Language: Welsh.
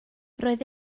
roedd